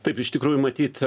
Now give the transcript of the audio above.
taip iš tikrųjų matyt